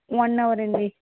one hour అండి